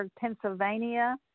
Pennsylvania